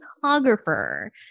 photographer